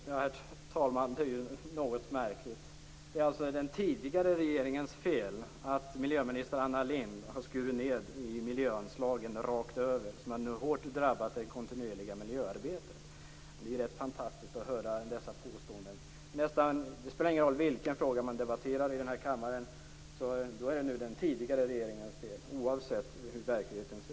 Herr talman! Det är något märkligt, det är alltså den tidigare regeringens fel att miljöminister Anna Lindh har skurit ned i miljöanslagen rakt över, vilket nu hårt drabbat det kontinuerliga miljöarbetet. Det är helt fantastiskt att höra dessa påståenden. Det spelar ingen roll vilken fråga man debatterar i den här kammaren är allt den tidigare regeringens fel, oavsett hur verkligheten ser ut.